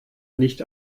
nicht